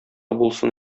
булсын